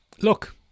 look